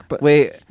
wait